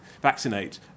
vaccinate